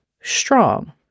strong